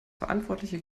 verantwortliche